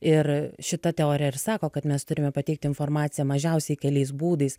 ir šita teorija ir sako kad mes turime pateikt informaciją mažiausiai keliais būdais